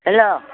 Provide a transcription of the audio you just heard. hello